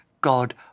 God